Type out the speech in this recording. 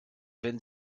wenn